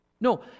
No